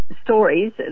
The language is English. stories